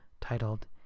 titled